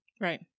Right